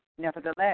Nevertheless